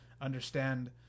understand